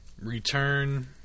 Return